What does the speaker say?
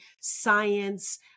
science